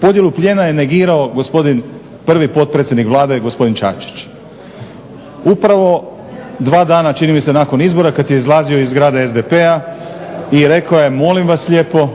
podjelu plijena je negirao gospodin, prvi potpredsjednik Vlade gospodin Čačić. Upravo dva dana čini mi se nakon izbora kad je izlazio iz zgrade SDP-a i rekao je molim vas lijepo